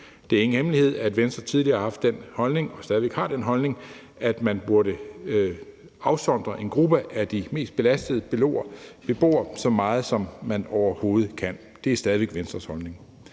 Det er ingen hemmelighed, at Venstre tidligere har haft den holdning, at man burde afsondre en gruppe af de mest belastede beboere så meget, som man overhovedet kan, og det er stadig væk Venstres holdning.